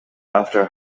after